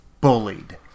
bullied